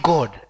God